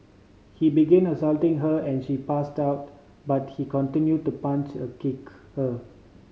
he began assaulting her and she passed out but he continued to punch a kick her